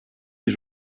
was